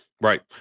Right